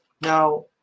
now